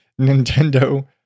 nintendo